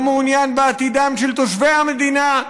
לא מעוניין בעתידם של תושבי המדינה,